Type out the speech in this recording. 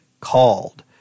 called